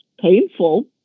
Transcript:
painful